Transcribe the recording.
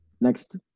Next